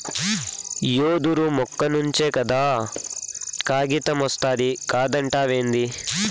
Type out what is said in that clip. యెదురు మొక్క నుంచే కదా కాగితమొస్తాది కాదంటావేంది